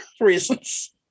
reasons